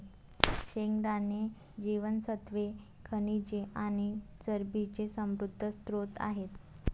शेंगदाणे जीवनसत्त्वे, खनिजे आणि चरबीचे समृद्ध स्त्रोत आहेत